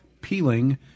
peeling